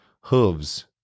hooves